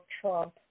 Trump